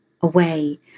away